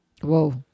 Whoa